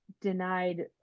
denied